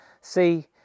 See